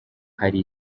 hari